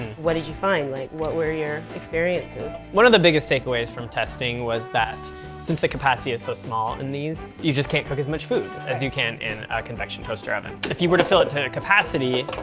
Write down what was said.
what did you find, like what were your experiences? one of the biggest takeaways from testing was that since the capacity is so small in these, you just can't cook as much food right. as you can in a convection toaster oven. if you were to fill it to capacity,